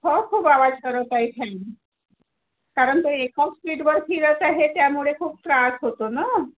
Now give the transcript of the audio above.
हो खूप आवाज करत आहे फ्यान कारण ते एका स्पीडवर फिरत आहे त्यामुळे खूप त्रास होतो नं